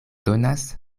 donas